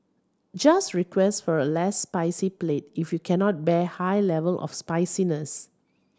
just request for a less spicy plate if you cannot bear high level of spiciness